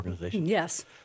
Yes